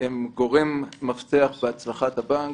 הם גורם מפתח בהצלחת הבנק,